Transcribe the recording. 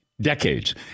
Decades